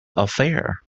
affair